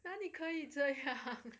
哪里可以这样